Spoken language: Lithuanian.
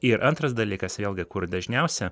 ir antras dalykas vėlgi kur dažniausia